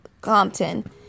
Compton